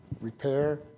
repair